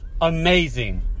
amazing